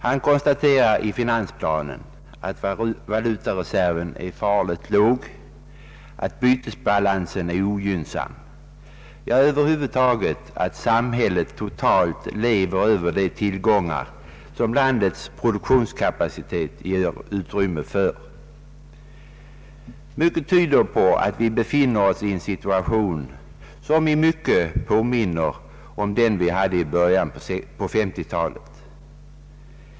Han konstaterar i finansplanen att valutareserven är farligt låg, att bytesbalansen är ogynnsam, ja, att samhället över huvud taget lever över de tillgångar som landets produktionskapacitet ger utrymme för. Mycket tyder på att vi befinner oss i en situation som i hög grad påminner om den vi hade i början på 1950-talet.